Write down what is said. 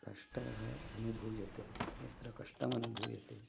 कष्टाः अनुभूयते यत्र कष्टम् अनुभूयते